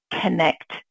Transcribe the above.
connect